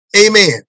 Amen